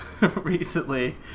recently